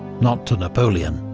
not to napoleon.